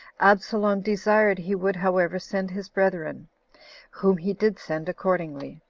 absalom desired he would however send his brethren whom he did send accordingly.